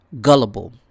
gullible